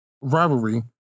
rivalry